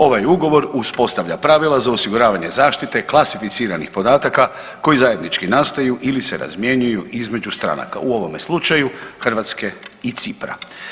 Ovaj ugovor uspostavlja pravila za osiguravanje zaštite klasificiranih podataka koji zajednički nastaju ili se razmjenjuju između stranaka, u ovome slučaju Hrvatske i Cipra.